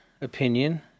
opinion